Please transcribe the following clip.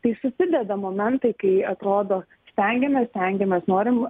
tai susideda momentai kai atrodo stengiamės stengiamės norim